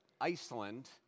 Iceland